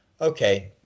okay